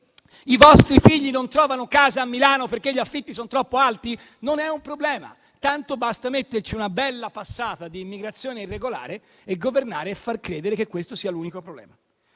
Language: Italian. I vostri figli non trovano casa a Milano perché gli affitti sono troppo alti? Non è un problema, tanto basta metterci una bella passata di immigrazione irregolare e governare facendo credere che questo sia l'unico problema.